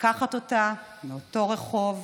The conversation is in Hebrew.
לקחת אותה מאותו רחוב,